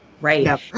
right